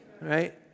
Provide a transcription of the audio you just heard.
right